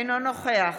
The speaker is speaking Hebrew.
אינו נוכח